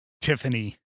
Tiffany